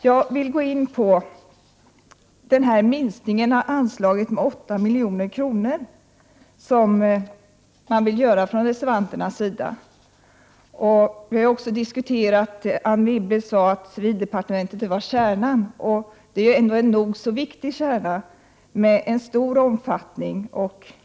Jag vill gå in på minskningen av anslaget med 8 milj.kr., som reservanterna vill göra. Det har vi också diskuterat. Anne Wibble sade att civildepartementet var kärnan. Det är en nog så viktig kärna med stor omfattning.